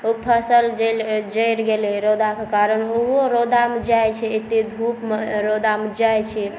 ओ फसल जरि गेलैय रौदाकेॅं कारण ओहो रौदामे जाइ छै एतय धूपमे रौदामे जाइ छै